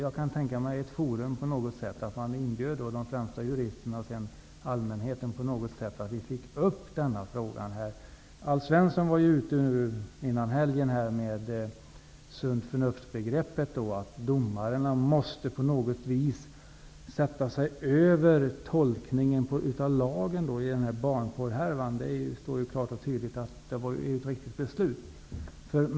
Jag kan tänka mig ett forum dit man inbjuder de främsta juristerna och allmänheten, så att frågan blir uppmärksammad. Alf Svensson tog före helgen upp sunt förnuftbegreppet och menade att domaren i barnporrhärvan på något sätt måste sätta sig över lagen. Det är tydligt att det fattade beslutet var riktigt.